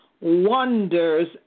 wonders